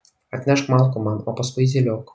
atnešk malkų man o paskui zyliok